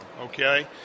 Okay